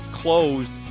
Closed